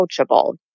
coachable